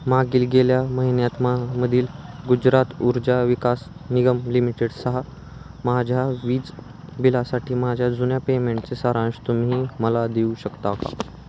मागील गेल्या महिन्यात मा मधील गुजरात ऊर्जा विकास निगम लिमिटेड सहा माझ्या वीज बिलासाठी माझ्या जुन्या पेमेंटचे सारांश तुम्ही मला देऊ शकता का